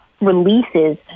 releases